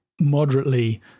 moderately